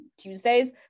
Tuesdays